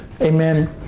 amen